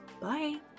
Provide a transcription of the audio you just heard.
Bye